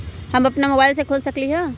हम अपना मोबाइल से खोल सकली ह?